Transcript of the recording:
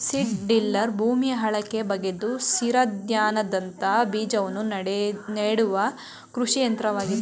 seed driller ಭೂಮಿಯ ಆಳಕ್ಕೆ ಬಗೆದು ಸಿರಿಧಾನ್ಯದಂತ ಬೀಜವನ್ನು ನೆಡುವ ಕೃಷಿ ಯಂತ್ರವಾಗಿದೆ